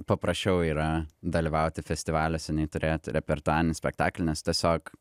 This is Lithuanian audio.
paprasčiau yra dalyvauti festivaliuose nei turėti repertuarinį spektaklį nes tiesiog